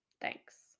thanks